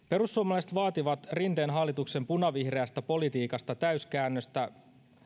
perussuomalaiset vaativat rinteen hallituksen punavihreästä politiikasta täyskäännöstä